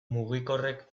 mugikorrek